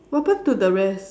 what happened to the rest